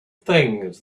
things